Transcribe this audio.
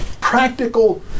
practical